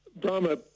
Brahma